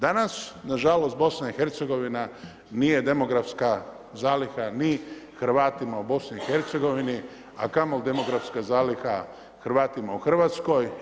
Danas nažalost BiH nije demografska zaliha ni Hrvatima u BiH, a kamoli demografska zaliha Hrvatima u Hrvatskoj.